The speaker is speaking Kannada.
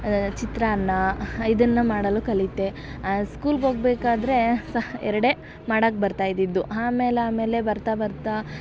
ಚಿತ್ರಾನ್ನ ಇದನ್ನು ಮಾಡಲು ಕಲಿತೆ ಸ್ಕೂಲ್ಗೆ ಹೋಗ್ಬೇಕಾದ್ರೆ ಸಹ ಎರಡೇ ಮಾಡೋಕೆ ಬರ್ತಾಯಿದ್ದಿದ್ದು ಆಮೇಲೆ ಆಮೇಲೆ ಬರ್ತಾ ಬರ್ತಾ